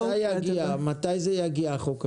מתי יגיע, מתי זה יגיע החוק הזה?